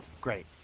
Great